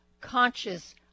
conscious